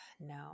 No